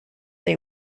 they